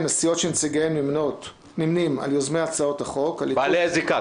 לסיעות נציגיהן נמנים על יוזמי הצעות החוק -- בעלי הזיקה,